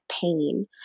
pain